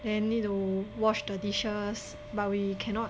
then need to wash the dishes but we cannot